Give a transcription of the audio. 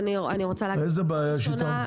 איזה בעיה יש איתם?